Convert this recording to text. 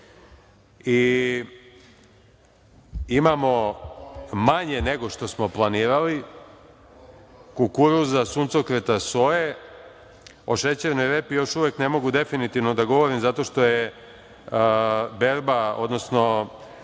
i imamo manje nego što smo planirali – kukuruza, suncokreta, soje. O šećernoj repi još uvek ne mogu definitivno da govorim zato što je berba, odnosno